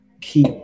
keep